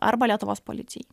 arba lietuvos policijai